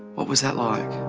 what was that like?